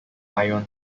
ione